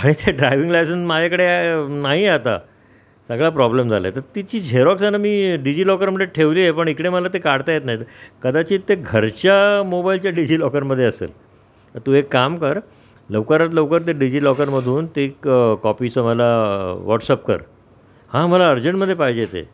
आणि ते driving licence माझ्याकडे नाही आहे आता सगळा प्रॉब्लेम झाला आहे तर तिची झेरॉक्स आहे ना मी डिजी लॉकरमध्ये ठेवली आहे पण इकडे मला ते काढता येत नाहीत कदाचित ते घरच्या मोबाईलच्या डिजी लॉकरमध्ये असेल तू एक काम कर लवकरात लवकर ते डिजी लॉकरमधून ते एक कॉपीचं मला व्हॉट्सअप कर हां मला अर्जंटमध्ये पाहिजे ते